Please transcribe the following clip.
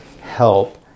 help